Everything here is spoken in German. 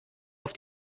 auf